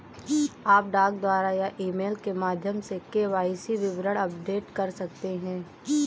आप डाक द्वारा या ईमेल के माध्यम से के.वाई.सी विवरण अपडेट कर सकते हैं